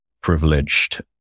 privileged